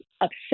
upset